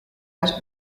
las